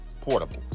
portable